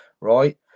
Right